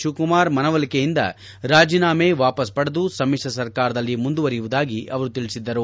ತಿವಕುಮಾರ್ ಮನವೊಲಿಕೆಯಿಂದ ರಾಜೀನಾಮೆ ವಾಪಾಸ್ ಪಡೆದು ಸಮಿತ್ರ ಸರ್ಕಾರದಲ್ಲಿ ಮುಂದುವರೆಯುದಾಗಿ ಅವರು ತಿಳಿಸಿದ್ದರು